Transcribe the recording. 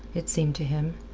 it seemed to him.